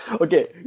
Okay